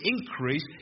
increase